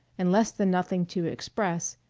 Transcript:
and less than nothing to express,